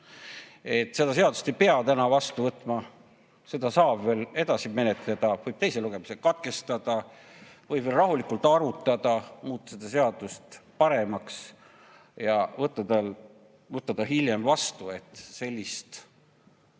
Seda seadust ei pea täna vastu võtma, seda saab veel edasi menetleda, võib teise lugemise katkestada, võib veel rahulikult arutada, muuta seda seadust paremaks ja võtta ta hiljem vastu, et sellist